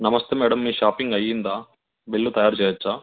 నమస్తే మేడం మీ షాపింగ్ అయ్యిందా బిల్లు తయారు చేయచ్చా